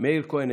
מאיר כהן,